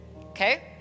Okay